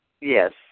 Yes